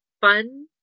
fun